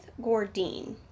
Gordine